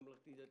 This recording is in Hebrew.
ממלכתי דתי,